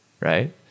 Right